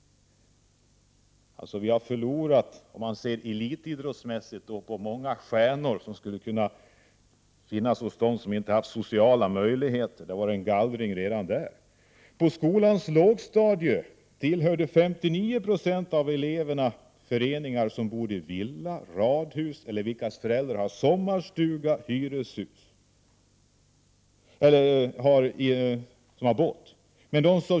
Vi har elitidrottsmässigt förlorat många stjärnor som skulle ha kunnat finnas bland dem som inte haft sociala möjligheter. Det har varit en gallring redan där. På skolans lågstadium tillhör 59 96 av eleverna, som bor i villa eller radhus och vilkas föräldrar har sommarstuga och båt, en idrottsklubb.